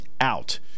out